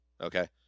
Okay